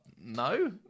No